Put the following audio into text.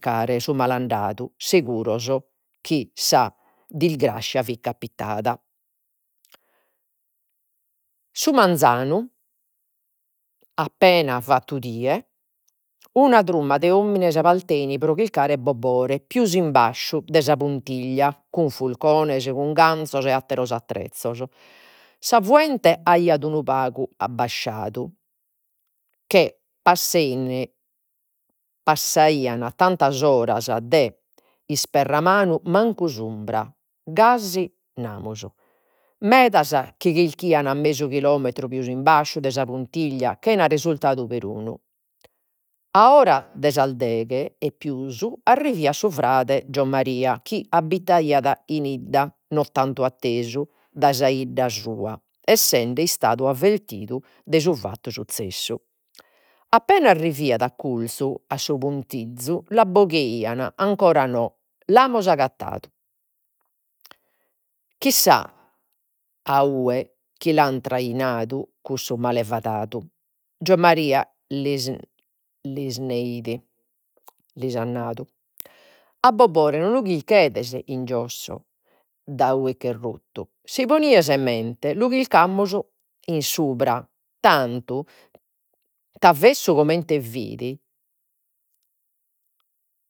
su malandadu seguros chi sa dilgrassia fit capitada. Su manzanu, appena fattu die, una truma de omines paltein pro chircare Bobore pius in basciu de sa puntiglia cun furcones, cun ganzos e atteros attrezzos. Sa fuente aiat unu pagu abbasciadu. Che passaian tantas oras, de isperramanu mancu s'umbra, gasi namus. Medas che chircaian a mesu chilometru pius in basciu de sa puntiglia chena resultadu perunu. A ora de sas deghe e pius arriviat su frade Giommaria chi abitaiat in 'idda no tantu attesu dai sa 'idda sua, essende istadu avvertidu de su fattu suzzessu. Appena arriviat accurzu a su l'abboghiaian, ancora non l'amus agattadu. Chissà a 'ue che l'an cussu malevadadu. Giommaria lis neit lis at nadu, a Bobore no lu chirchedes in giosso de ue ch'est ruttu. Si ponides mente lu chircamus in subra. Tantu, revessu comente fit